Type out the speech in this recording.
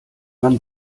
man